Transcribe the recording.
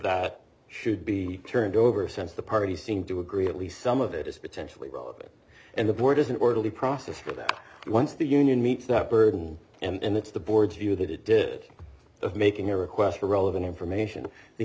that should be turned over since the parties seem to agree at least some of it is potentially and the board is an orderly process for that once the union meets that burden and that's the board's view that it did of making a request for relevant information the